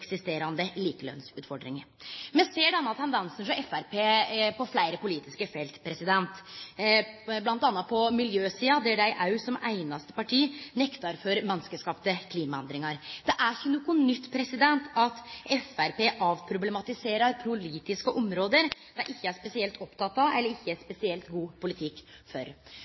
ikkje-eksisterande likelønnsutfordring. Me ser denne tendensen hos Framstegspartiet på fleire politiske felt, bl.a. på miljøsida, der dei som det einaste partiet nektar for menneskeskapte klimaendringar. Det er ikkje noko nytt at Framstegspartiet avproblematiserer politiske område dei ikkje er spesielt opptekne av, eller ikkje har spesielt god politikk for.